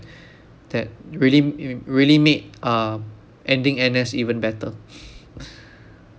that really really made uh ending N_S even better